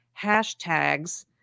hashtags